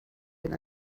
been